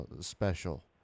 Special